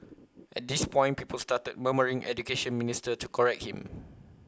at this point people started murmuring Education Minister to correct him